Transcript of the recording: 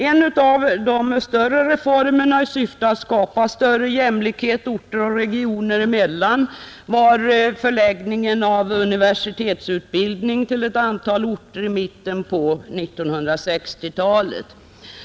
En av de större reformerna i syfte att skapa ökad jämlikhet orter och regioner emellan var förläggningen av universitetsutbildning till olika håll ute i landet i mitten på 1960-talet.